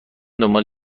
دنبال